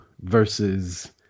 versus